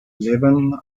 eleven